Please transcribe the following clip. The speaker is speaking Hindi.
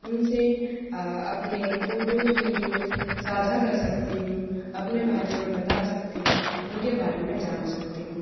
उन से अपने फ़ोटोज़ वीडियोज़ साझा कर सकती हूँ अपने बारे में बता सकती हूँ उन के बारे में जान सकती हूँ